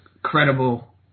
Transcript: credible